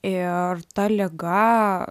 ir ta liga